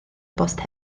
bost